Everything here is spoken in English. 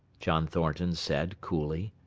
john thornton said coolly.